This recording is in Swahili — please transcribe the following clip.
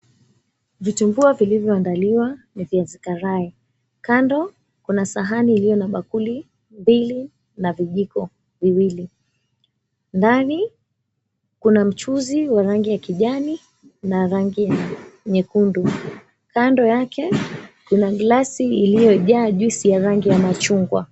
Vitumbua vilivyoandaliwa ni viazi karai. Kando kuna sahani iliyo na bakuli mbili na vijiko viwili. Ndani kuna mchuzi wa rangi ya kijani na rangi ya nyekundu. Kando yake kuna glasi iliyojaa juisi ya machungwa.